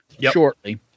Shortly